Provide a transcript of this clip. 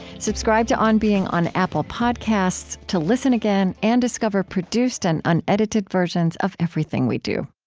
subscribe to on being on apple podcasts to listen again and discover produced and unedited versions of everything we do